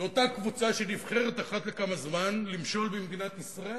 זו אותה קבוצה שנבחרת אחת לכמה זמן למשול במדינת ישראל,